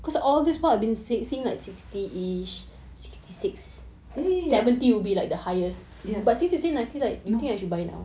eh ya